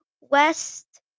West